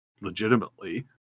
legitimately